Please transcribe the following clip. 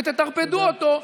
ותטרפדו אותו,